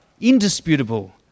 indisputable